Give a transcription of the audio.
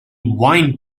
wine